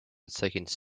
seconds